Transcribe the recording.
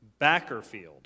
Backerfield